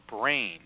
brain